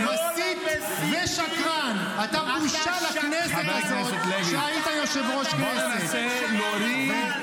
גדול המסיתים, הוא קרא לראש ממשלה נבל.